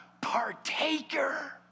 partaker